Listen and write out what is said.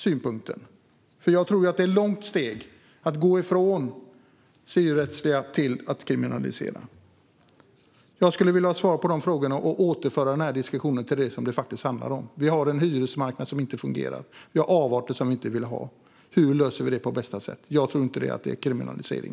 Det är ett långt steg att gå från civilrättsliga åtgärder till kriminalisering. Jag skulle vilja ha svar på dessa frågor och på så sätt återföra diskussionen till ämnet. Vi har en hyresmarknad som inte fungerar och avarter som vi inte vill ha. Hur löser vi det på bästa sätt? Jag tror inte att det är genom kriminalisering.